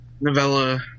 novella